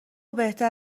بهتر